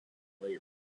labor